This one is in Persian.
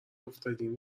افتادیم